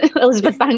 elizabeth